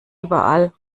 überall